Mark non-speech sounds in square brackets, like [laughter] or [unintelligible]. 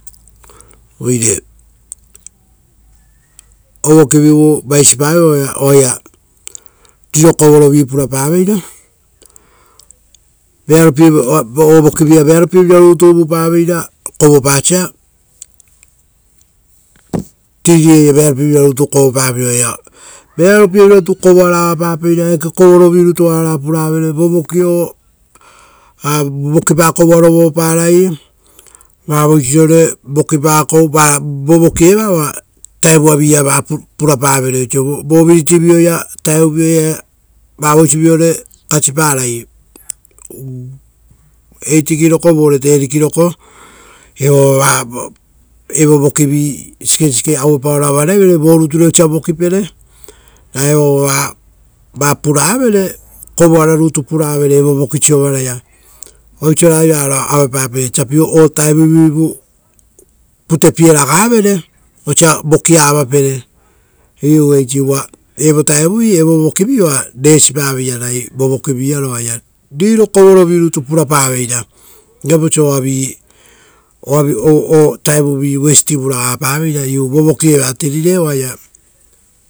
Oire ovoki vivu vaisipavoi oaia riro kovorovi purapaveira, ovokivia vearopievira rutu uvupaveira kovopasia aue, vopevapa voki oaia vearopie vira rutu kovopaveira, vearopievira rutu kovoara avapapeira eake kovorovi rutu oara puravere, vokipakouva vavosiore vokiarovi. Uva vovoki-ia eva oaia vutavi-ia aue purapavere oisio vo vutavioia vavoisiore kasiparain [unintelligible] evoava vovokivi ropiepaoro avaravere vore osia vokipere. Ra evoava kovoara rutu pura vere evovoki siovaraia. Uva eisi osa ragai varo avapa peira, teapi o vutavivu putepieragavere osia vokia ava pere. Iu eisivi, uva evo vokivi oa resipaveira oaia rirokovorovi rutu purapaveira-viapau oisio ovutai putepiepa vovoki-ia va vopevapa voki.